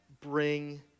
bring